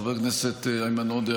חבר הכנסת איימן עודה,